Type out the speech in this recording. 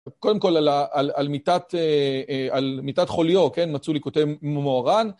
קודם כל על מיטת חוליו, כן? מצאו לי כותב מוהר"ן.